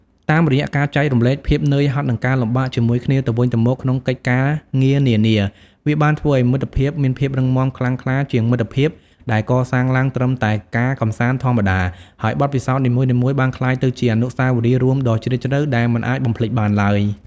តាមរយៈការចែករំលែកភាពនឿយហត់និងការលំបាកជាមួយគ្នាទៅវិញទៅមកក្នុងកិច្ចការងារនានា វាបានធ្វើឱ្យមិត្តភាពមានភាពរឹងមាំខ្លាំងក្លាជាងមិត្តភាពដែលកសាងឡើងត្រឹមតែការកម្សាន្តធម្មតា ហើយបទពិសោធន៍នីមួយៗបានក្លាយទៅជាអនុស្សាវរីយ៍រួមដ៏ជ្រាលជ្រៅដែលមិនអាចបំភ្លេចបានឡើយ។